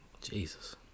Jesus